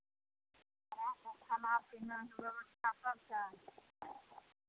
हँ हँ खाना पीनाके व्यवस्था सभटा